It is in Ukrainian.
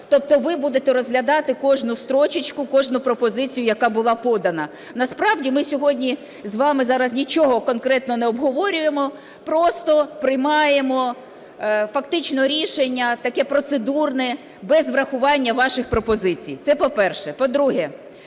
тобто ви будете розглядати кожну строчечку, кожну пропозицію, яка була подана. Насправді, ми сьогодні з вами зараз нічого конкретно не обговорюємо, просто приймаємо фактично рішення таке процедурне без врахування ваших пропозицій. Це, по-перше.